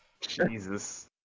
Jesus